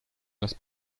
las